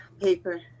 paper